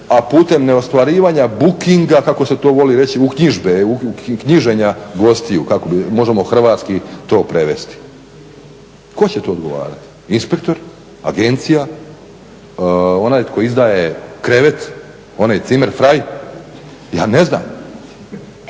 a putem neostvarivanja bookinga kako se to voli reći, uknjižbe, knjiženja gostiju, možemo hrvatski to prevesti. Tko će to odgovarati, inspektor? Agencija, onaj tko izdaje krevet, onaj cimer frei, ja ne znam